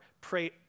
pray